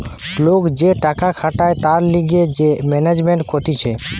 লোক যে টাকা খাটায় তার লিগে যে ম্যানেজমেন্ট কতিছে